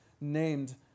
named